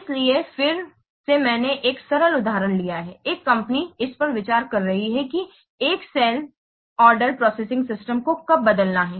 इसलिए फिर से मैंने एक सरल उदाहरण लिया है एक कंपनी इस पर विचार कर रही है कि एक sales order processing system sales order processing system को कब बदलना है